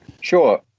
Sure